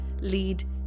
lead